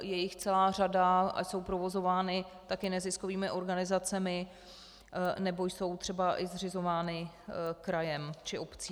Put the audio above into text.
Je jich celá řada a jsou provozovány taky neziskovými organizacemi, nebo jsou třeba i zřizovány krajem či obcí.